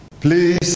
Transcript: please